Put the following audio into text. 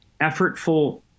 effortful